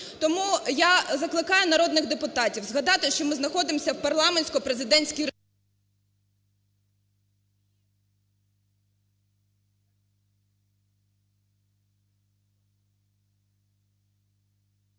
Тому я закликаю народних депутатів згадати, що ми знаходимося в парламентсько-президентській….